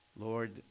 Lord